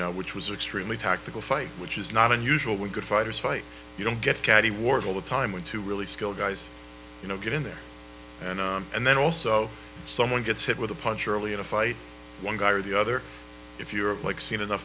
know which was are extremely tactical fight which is not unusual we're good fighters fight you don't get catty wars all the time when two really skilled guys you know get in there and and then also someone gets hit with a punch early in a fight one guy or the other if you're like seen